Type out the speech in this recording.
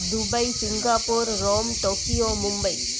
Dubai Singapore Rome Tokyo Mumbai